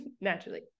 naturally